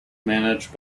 managed